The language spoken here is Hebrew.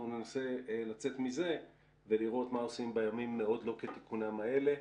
אנחנו ננסה לצאת מזה ולראות מה עושים בימים מאוד לא כתיקונם האלה.